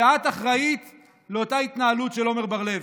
ואת אחראית לאותה התנהלות של עמר בר לב.